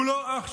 הוא לא אח שלי,